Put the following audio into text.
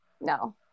no